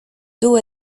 dos